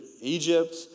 Egypt